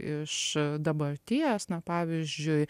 iš dabarties na pavyzdžiui